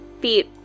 feet